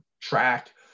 track